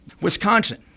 Wisconsin